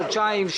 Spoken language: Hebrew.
חודשיים?